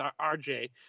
RJ